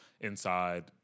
inside